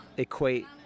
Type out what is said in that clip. equate